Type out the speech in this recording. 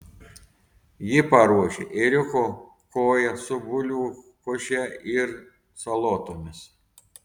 ji paruošė ėriuko koją su bulvių koše ir salotomis